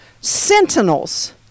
sentinels